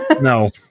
No